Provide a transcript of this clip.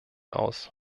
aus